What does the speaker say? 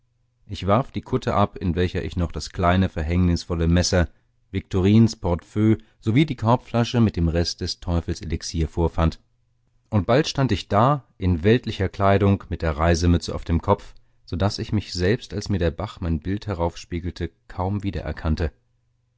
ich warf die kutte ab in welcher ich noch das kleine verhängnisvolle messer viktorins portefeuille sowie die korbflasche mit dem rest des teufels elixiers vorfand und bald stand ich da in weltlicher kleidung mit der reisemütze auf dem kopf so daß ich mich selbst als mir der bach mein bild heraufspiegelte kaum wiedererkannte